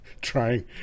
Trying